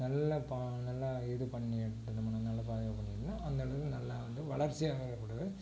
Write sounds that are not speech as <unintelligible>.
நல்லா பா நல்லா இது பண்ணி <unintelligible> அந்த இடத்துல நல்லா வந்து வளர்ச்சியாக எனப்படுது